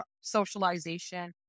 socialization